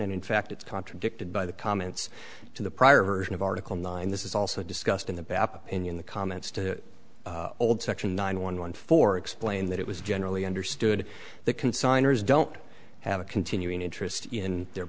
and in fact it's contradicted by the comments to the prior version of article nine this is also discussed in the back up in the comments to old section nine one one four explain that it was generally understood that consigner is don't have a continuing interest in their